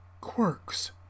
quirks